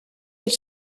ils